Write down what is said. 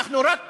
אנחנו רק